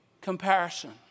comparison